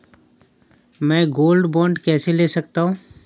मैं gold bond कैसे ले सकता हूँ?